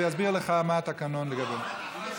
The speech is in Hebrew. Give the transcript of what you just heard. הוא יסביר לך מה התקנון לגבי זה.